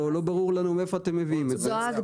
לא ברור לנו מאיפה אתם מביאים את זה.